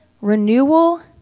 renewal